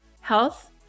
health